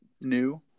new